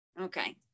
Okay